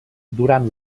durant